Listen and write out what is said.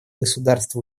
государств